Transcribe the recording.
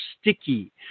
sticky